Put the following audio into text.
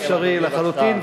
זה דבר בלתי אפשרי לחלוטין,